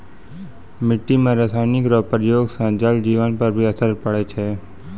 मिट्टी मे रासायनिक रो प्रयोग से जल जिवन पर भी असर पड़ै छै